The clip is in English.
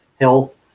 Health